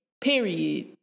Period